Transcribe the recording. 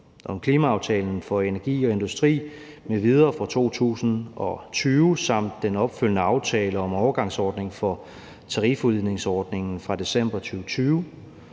om Klimaaftalen for energi og industri m.v. fra 2020 samt den opfølgende aftale om overgangsordning for tarifudligningsordningen fra december 2020.